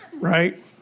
right